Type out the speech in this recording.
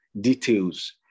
details